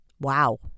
Wow